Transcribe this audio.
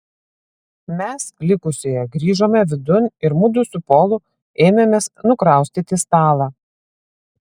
mes likusieji grįžome vidun ir mudu su polu ėmėmės nukraustyti stalą